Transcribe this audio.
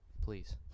please